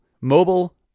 Mobile